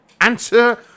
answer